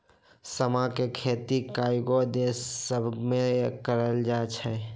समा के खेती कयगो देश सभमें कएल जाइ छइ